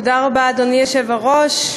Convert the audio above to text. אדוני היושב-ראש,